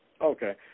Okay